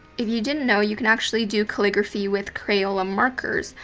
if you didn't know, you can actually do calligraphy with crayola markers,